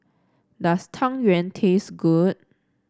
does Tang Yuen taste good